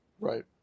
Right